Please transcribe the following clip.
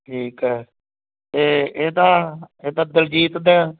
ਠੀਕ ਆ ਇਹ ਇਹ ਤਾਂ ਇਹ ਤਾਂ ਦਿਲਜੀਤ ਦਾ